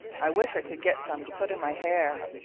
i wish i could get some to put in my hair.